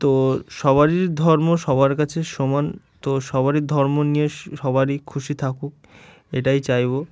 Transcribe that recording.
তো সবারই ধর্ম সবার কাছে সমান তো সবারই ধর্ম নিয়ে সবারই খুশি থাকুক এটাই চাইব